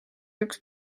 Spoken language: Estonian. üks